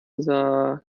unser